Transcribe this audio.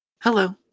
Hello